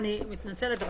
אני מתנצלת,